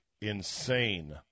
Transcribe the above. insane